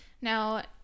now